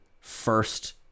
first